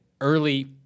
early